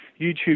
YouTube